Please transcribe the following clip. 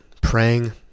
praying